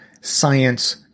science